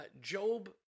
Job